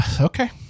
okay